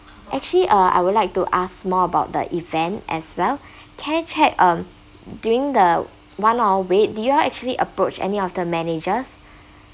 actually uh I would like to ask more about the event as well can I check um during the one hour wait do you all actually approach any of the managers